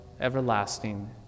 everlasting